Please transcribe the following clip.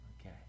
Okay